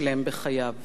יהי זכרו ברוך.